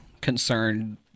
concerned